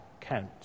count